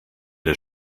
der